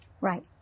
Right